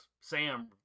Sam